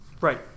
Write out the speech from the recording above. Right